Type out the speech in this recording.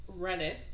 Reddit